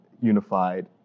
unified